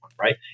right